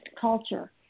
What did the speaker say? culture